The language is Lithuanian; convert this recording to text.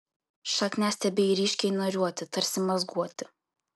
šakniastiebiai ryškiai nariuoti tarsi mazguoti